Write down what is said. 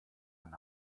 ein